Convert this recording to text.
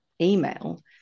email